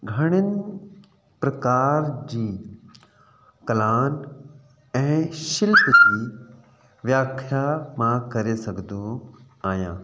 घणनि प्रकार जी कला ऐं शिल्प जी व्याख्या मां करे सघंदो आहियां